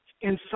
inside